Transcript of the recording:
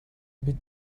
will